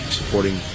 supporting